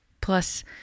plus